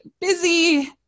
busy